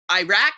Iraq